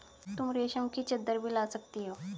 तुम रेशम की चद्दर भी ला सकती हो